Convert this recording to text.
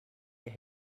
ihr